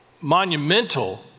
monumental